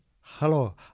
Hello